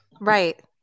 right